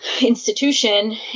Institution